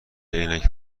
عینک